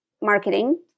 marketing